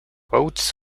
votes